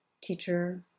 teacher